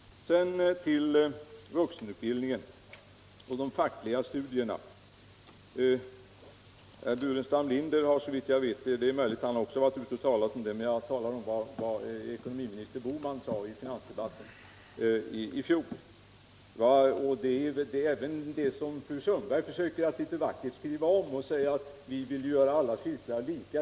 Sedan till vuxenutbildningen och de fackliga studierna. Det är möjligt att herr Burenstam Linder också varit ute och talat om detta, men jag talar om vad nuvarande ekonomiministern Bohman sade i finansdebatten i fjol. Fru Sundberg försöker litet vackert skriva om detta och säga att ni vill göra alla cirklar lika.